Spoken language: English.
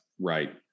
Right